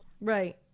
Right